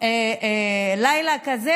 לילה כזה,